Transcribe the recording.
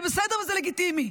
זה בסדר וזה לגיטימי,